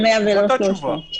זו אותה תשובה.